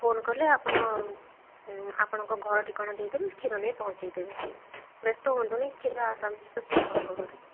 phone କଲେ ଆପଣ ଆପଣଙ୍କ ଘର ଠିକଣା ଦେଇ ଦେବେ କ୍ଷୀର ନେଇ ପହଞ୍ଚାଇ ଦେବେ ବ୍ୟସ୍ତ ହୁଅନ୍ତୁନି କ୍ଷୀର ଆରାମସେ ପହଞ୍ଚିବ ଆପଣଙ୍କ ଘରେ